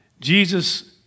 Jesus